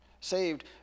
saved